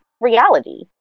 reality